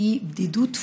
היא בדידות פיזית,